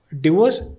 Divorce